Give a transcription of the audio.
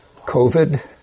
COVID